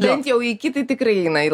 bent jau iki tai tikrai įeina į